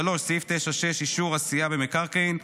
(3) סעיף 9(6) אישור עשייה במקרקעין,